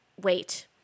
wait